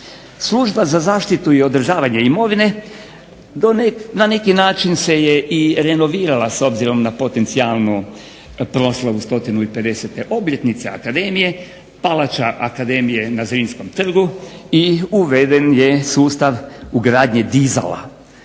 Služba za zaštitu i održavanje imovine na neki način se je i renovirala s obzirom na potencijalnu proslavu 150 obljetnice akademije. Palača akademije na Zrinskom trgu i uveden je sustav gradnje dizala.